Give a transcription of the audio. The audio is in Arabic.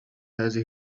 هذه